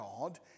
God